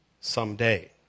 someday